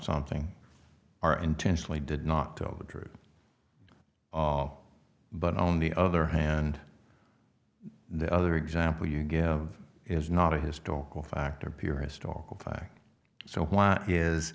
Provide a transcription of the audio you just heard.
something are intentionally did not tell the truth all but on the other hand the other example you give is not a historical fact or pure historical fact so why is